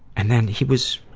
and then he was,